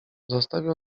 zostawił